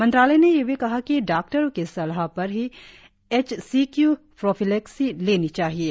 मंत्रालय ने यह भी कहा कि डॉक्टरों की सलाह पर ही एचसीक्यू प्रोफीलैक्सी लेनी चाहिये